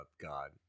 God